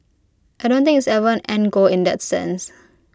I don't think it's ever end goal in that sense